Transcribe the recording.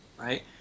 right